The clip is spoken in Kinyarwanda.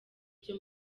byo